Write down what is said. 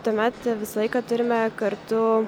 tuomet visą laiką turime kartu